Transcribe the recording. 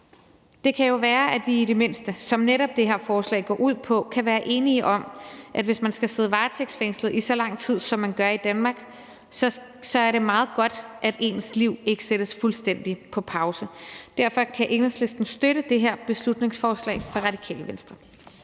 det kan jo være, at vi i det mindste, som det her forslag netop går ud på, kan være enige om, at det, hvis man skal sidde varetægtsfængslet i så lang tid, som man gør i Danmark, så er meget godt, at ens liv ikke sættes fuldstændig på pause. Derfor kan Enhedslisten støtte det her beslutningsforslag fra Radikale Venstre.